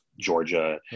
Georgia